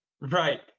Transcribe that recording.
Right